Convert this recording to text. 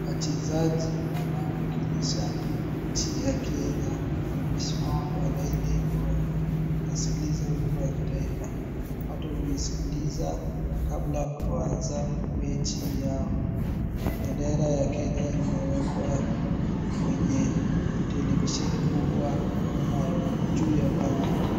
Wachezaji wanawakilisha nchi ya Kenya wamesimama kwa laini wanasikiliza wimbo ya kitaifa. Watu huisikiliza kabla ya kuanza mechi yao. Bendera ya Kenya imewekwa kwenye televisheni kubwa nyuma juu ya uwanja.